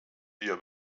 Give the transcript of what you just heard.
wir